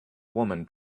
woman